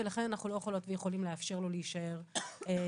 ולכן אנחנו לא יכולות ויכולים לאפשר לו להישאר נמוך,